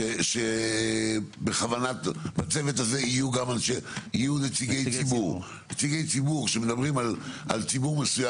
שבצוות הזה יהיו נציגי ציבור כשמדברים על ציבור,